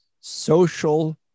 social